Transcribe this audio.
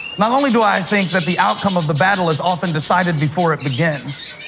not only do i think that the outcome of the battle is often decided before it begins